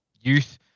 youth